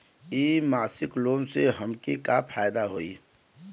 इ मासिक लोन से हमके का फायदा होई?